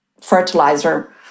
fertilizer